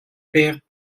pek